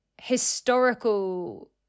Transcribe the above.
historical